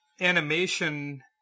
animation